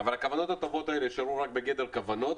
אבל הכוונות הטובות האלה יישארו רק בגדר כוונות,